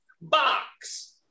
box